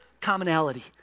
commonality